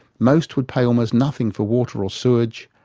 most would pay almost nothing for water or sewerage,